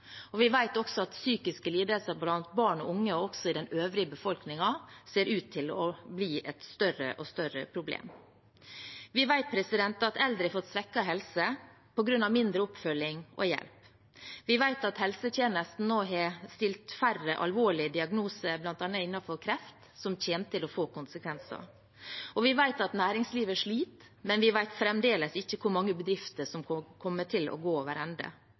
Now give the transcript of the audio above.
Vi vet også at psykiske lidelser blant barn og unge, og også i den øvrige befolkningen, ser ut til å bli et større og større problem. Vi vet at eldre har fått svekket helse på grunn av mindre oppfølging og hjelp. Vi vet at helsetjenesten nå har stilt færre alvorlige diagnoser, bl.a. innenfor kreft, noe som kommer til å få konsekvenser. Vi vet at næringslivet sliter, men vi vet fremdeles ikke hvor mange bedrifter som kommer til å gå over ende,